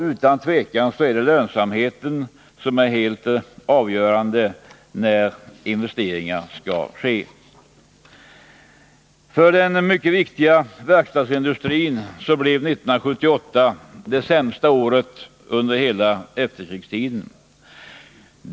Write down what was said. Utan tvivel är det så, att lönsamheten är den helt avgörande faktorn för att investeringar skall äga rum. För den mycket viktiga verkstadsindustrin blev 1978 det sämsta året under hela efterkrigstiden.